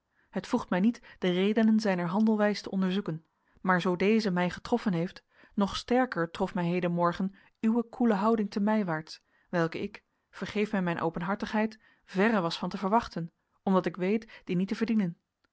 het voegt mij niet de redenen zijner handelwijs te onderzoeken maar zoo deze mij getroffen heeft nog sterker trof mij hedenmorgen uwe koele houding te mijwaarts welke ik vergeef mij mijn openhartigheid verre was van te verwachten omdat ik weet die niet te verdienen